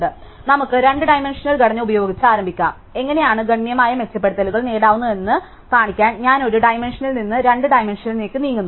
അതിനാൽ നമുക്ക് രണ്ട് ഡൈമൻഷണൽ ഘടന ഉപയോഗിച്ച് ആരംഭിക്കാം നമുക്ക് എങ്ങനെയാണ് ഗണ്യമായ മെച്ചപ്പെടുത്തലുകൾ നേടാനാവുകയെന്ന് കാണിക്കാൻ ഞാൻ ഒരു ഡൈമൻഷണൽ നിന്ന് രണ്ട് ഡൈമൻഷണൽ നിന്ന് നീങ്ങുന്നു